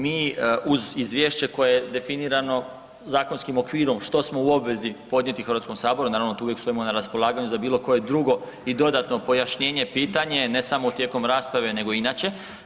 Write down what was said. Mi uz izvješće koje je definirano zakonskim okvirom, što smo u obvezi podnijeti Hrvatskom saboru, naravno, tu uvijek stojimo na raspolaganju za bilo koje drugo i dodatno pojašnjenje, pitanje, ne samo tijekom rasprave nego i inače.